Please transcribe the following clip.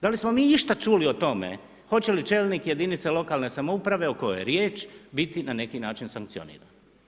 Da li smo mi išta čuli o tome hoće li čelnik jedinice lokalne samouprave o kojoj je riječ biti na neki način sankcioniran?